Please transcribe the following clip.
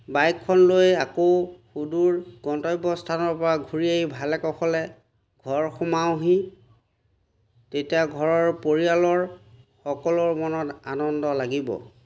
বাইকখন লৈ আকৌ সুদূৰ গন্তব্য স্থানৰ পৰা ঘূৰি আহি ভালে কুশলে ঘৰ সোমাওঁহি তেতিয়া ঘৰৰ পৰিয়ালৰ সকলোৰে মনত আনন্দ লাগিব